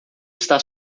está